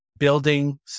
building